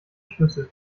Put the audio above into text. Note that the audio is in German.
schlüssel